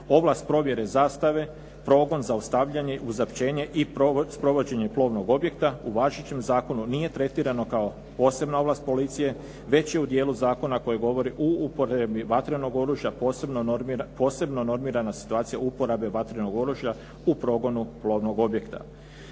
Ovlast provjere zastave, progon, zaustavljanje uzapćenje i provođenje plovnog objekta u važećem zakonu nije tretirano kao posebna ovlast policije već je u dijelu zakona koji govori o uporabi vatrenog oružja, posebno normirana situacija uporabe vatrenog oružja u progonu plovnog objekta.